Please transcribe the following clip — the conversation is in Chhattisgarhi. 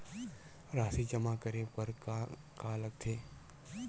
राशि जमा करे बर का का लगथे?